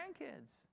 grandkids